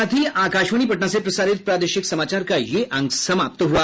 इसके साथ ही आकाशवाणी पटना से प्रसारित प्रादेशिक समाचार का ये अंक समाप्त हुआ